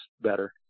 better